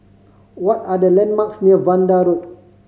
what are the landmarks near Vanda Road